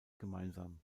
gemeinsam